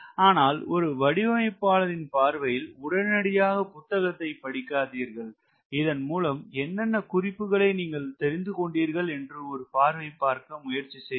ஆனால் ஒரு வடிவமைப்பாளரின் பார்வையில் உடனடியாக புத்தகத்தை படிக்காதீர்கள் இதன் மூலம் என்னென்ன குறிப்புகளை நீங்கள் தெரிந்து கொண்டீர்கள் என்று ஒரு பார்வை பார்க்க முயற்சி செய்வோம்